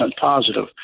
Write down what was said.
positive